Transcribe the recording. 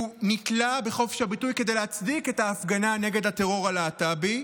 הוא נתלה בחופש הביטוי כדי להצדיק את ההפגנה נגד הטרור הלהט"בי,